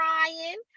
crying